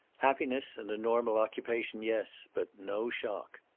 happiness and a normal occupation, yes. but no shock.